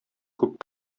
күп